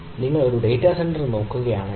നിങ്ങൾ ഒരു data centre നോക്കുകയാണെങ്കിൽ